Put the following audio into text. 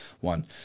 one